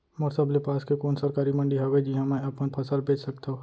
मोर सबले पास के कोन सरकारी मंडी हावे जिहां मैं अपन फसल बेच सकथव?